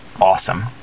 awesome